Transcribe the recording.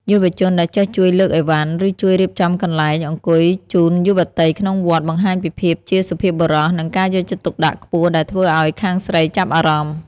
យុវជនដែលចេះជួយលើកអីវ៉ាន់ ឬជួយរៀបចំកន្លែងអង្គុយជូនយុវតីក្នុងវត្ត បង្ហាញពីភាពជាសុភាពបុរស និងការយកចិត្តទុកដាក់ខ្ពស់ដែលធ្វើឱ្យខាងស្រីចាប់អារម្មណ៍។